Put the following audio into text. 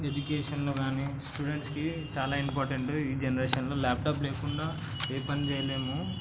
education కానీ స్టూడెంట్స్కి చాలా ఇంపార్టెంట్ ఈ జనరేషన్లో ల్యాప్టాప్ లేకుండా ఏ పని చేయలేము